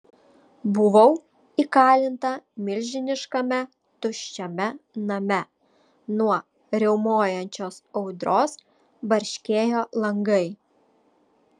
buvau įkalinta milžiniškame tuščiame name nuo riaumojančios audros barškėjo langai